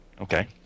Okay